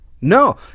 no